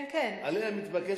כן, כן, אני יודעת.